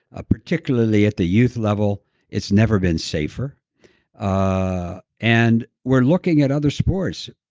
ah particularly at the youth level is never been safer ah and we're looking at other sports,